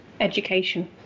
education